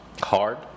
Hard